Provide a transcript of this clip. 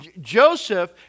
Joseph